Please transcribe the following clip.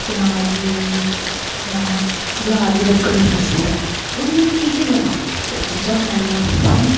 चनार दी होई गेई जां देआर दी लक्कड़ बड़ी मश्हूर ऐ ओह्दे कन्नै केह् केह् बना दा बड़ी चीजां बना दियां है नी